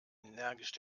energisch